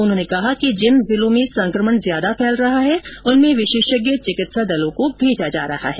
उन्होंने कहा कि जिन जिलों में संकमण ज्यादा फैल रहा है उनमें विषेषज्ञ चिकित्सा दलों को भेजा जा रहा है